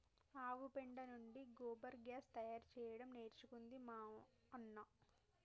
ఆవు పెండ నుండి గోబర్ గ్యాస్ తయారు చేయడం నేర్చుకుంది మా అన్న